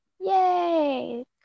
Yay